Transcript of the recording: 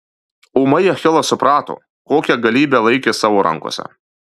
ūmai achilas suprato kokią galybę laikė savo rankose